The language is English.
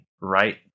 right